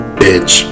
bitch